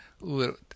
little